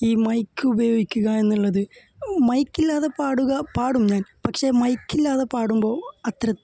ഈ മൈക്ക് ഉപയോഗിക്കുക എന്നുള്ളത് മൈക്ക് ഇല്ലാതെ പാടുക പാടും ഞാന് പക്ഷേ മൈക്ക് ഇല്ലാതെ പാടുമ്പോൾ അത്ര